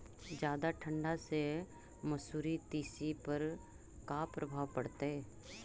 जादा ठंडा से मसुरी, तिसी पर का परभाव पड़तै?